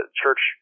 church